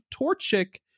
Torchic